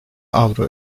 avro